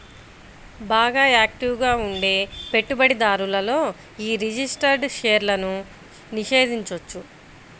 బాగా యాక్టివ్ గా ఉండే పెట్టుబడిదారులతో యీ రిజిస్టర్డ్ షేర్లను నిషేధించొచ్చు